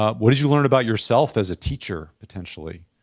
ah what did you learn about yourself as a teacher potentially?